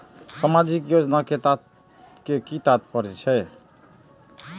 सामाजिक योजना के कि तात्पर्य?